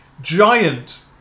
giant